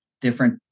different